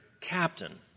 captain